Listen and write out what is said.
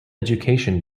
education